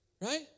Right